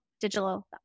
digital